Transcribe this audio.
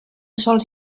sols